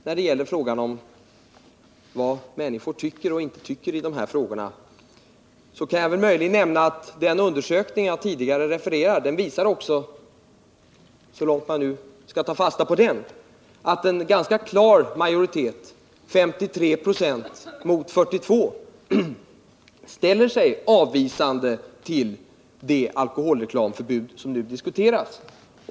När det gäller vad människor tycker och inte tycker i dessa frågor kan jag nämna, att den undersökning jag tidigare refererade till också visar — så långt man nu skall ta fasta på den —-att en klar majoritet på 53 26 mot 42 96 ställer sig avvisande till det alkoholreklamförbud som nu diskuteras.